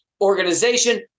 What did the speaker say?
organization